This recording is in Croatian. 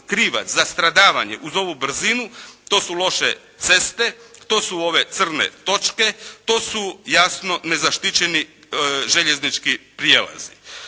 krivac za stradavanje uz ovu brzinu to su loše ceste, to su crne točke, to su jasno nezaštićeni željeznički prijelazi.